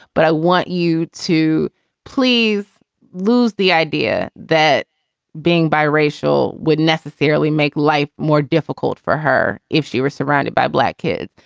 but i want you to please lose the idea that being biracial would necessarily make life more difficult for her if she were surrounded by black kids.